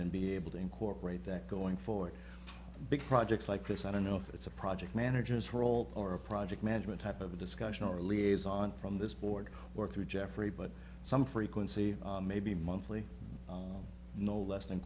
and be able to incorporate that going forward big projects like this i don't know if it's a project managers role or a project management type of discussion or liaison from this board or through jeffrey but some frequency maybe monthly no less than